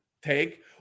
Take